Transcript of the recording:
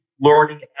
learning